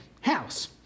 house